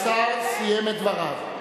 השר סיים את דבריו.